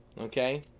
Okay